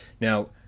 Now